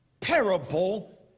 parable